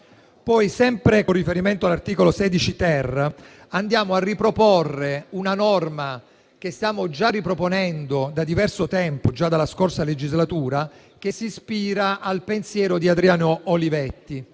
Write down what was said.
Sempre con riferimento all'articolo 16-*ter*, andiamo a riproporre una norma che stiamo riproponendo da diverso tempo, già dalla scorsa legislatura, che si ispira al pensiero di Adriano Olivetti: